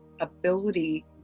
ability